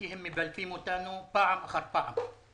כי הם מבלפים אותנו פעם אחר פעם.